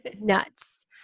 nuts